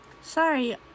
Sorry